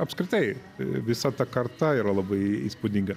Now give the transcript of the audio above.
apskritai visa ta karta yra labai įspūdinga